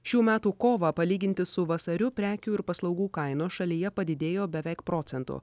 šių metų kovą palyginti su vasariu prekių ir paslaugų kainos šalyje padidėjo beveik procentu